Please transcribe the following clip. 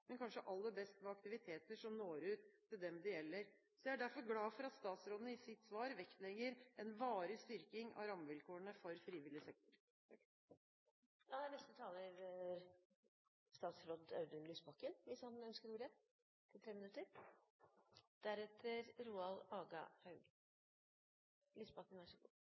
kanskje aller best ved aktiviteter som når ut til dem det gjelder. Jeg er derfor glad for at statsråden i sitt svar vektlegger en varig styrking av rammevilkårene for frivillig sektor. En av grunnene til at det er